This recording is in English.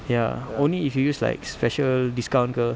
ya only if you use like special discount ke